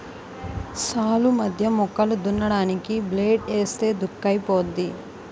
సాల్లు మధ్య మొక్కలు దున్నడానికి బ్లేడ్ ఏస్తే దుక్కైపోద్ది